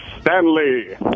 Stanley